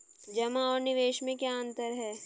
जमा और निवेश में क्या अंतर है?